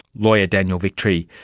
lawyer daniel victory.